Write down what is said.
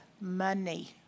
money